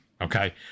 okay